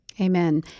Amen